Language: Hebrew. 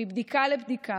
מבדיקה לבדיקה